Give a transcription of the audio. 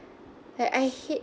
like I hate